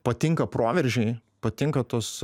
patinka proveržiai patinka tos